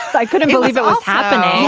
i couldn't believe it was happening.